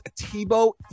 Tebow